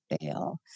fail